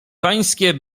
pańskie